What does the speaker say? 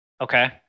Okay